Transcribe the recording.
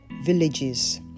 villages